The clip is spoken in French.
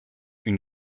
une